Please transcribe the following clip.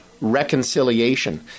reconciliation